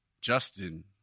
justin